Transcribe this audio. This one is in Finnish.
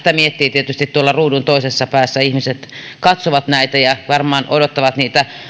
sitä miettii tietysti että tuolla ruudun toisessa päässä ihmiset katsovat näitä ja varmaan odottavat niitä